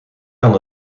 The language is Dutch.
kan